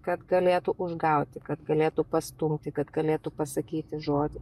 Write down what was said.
kad galėtų užgauti kad galėtų pastumti kad galėtų pasakyti žodį